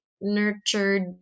nurtured